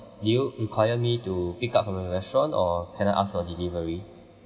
do you require me to pick up from the restaurant or can I ask for delivery